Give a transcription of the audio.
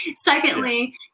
Secondly